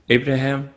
Abraham